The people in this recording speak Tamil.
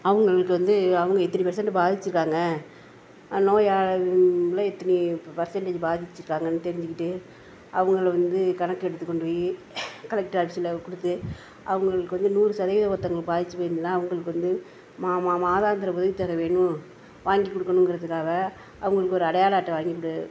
அவங்களுக்கு வந்து அவங்க இத்தனை பர்சன்ட் பாதித்திருக்காங்க அந்த நோயால் இத்தனை பர்சன்டேஜ் பாதித்திருக்காங்கன்னு தெரிஞ்சுகிட்டு அவங்கள வந்து கணக்கெடுத்து கொண்டு போய் கலெக்டர் ஆஃபீஸில் கொடுத்து அவங்களுக்கு வந்து நூறு சதவீதம் ஒருத்தவங்களுக்கு பாதித்து போய்ருந்துதுன்னா அவங்களுக்கு வந்து மாதாந்திர உதவித்தொகை வேணும் வாங்கி கொடுக்கணுங்கிறதுக்காக அவங்களுக்கு ஒரு அடையாள அட்டை வாங்கிகிட்டு